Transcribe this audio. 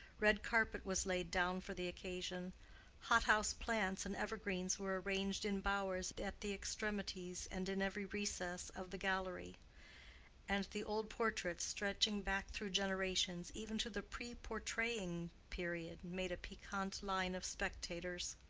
red carpet was laid down for the occasion hot-house plants and evergreens were arranged in bowers at the extremities and in every recess of the gallery and the old portraits stretching back through generations, even to the pre-portraying period, made a piquant line of spectators.